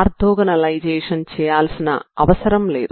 orthogonalize చేయాల్సిన అవసరం లేదు